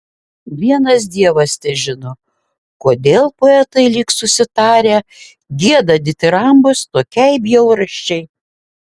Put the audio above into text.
vienas dievas težino kodėl poetai lyg susitarę gieda ditirambus tokiai bjaurasčiai